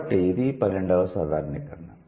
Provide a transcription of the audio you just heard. కాబట్టి అది పన్నెండవ సాధారణీకరణ